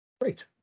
Great